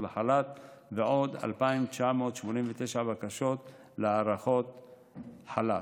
לחל"ת ועוד 2,989 בקשות להארכות חל"ת.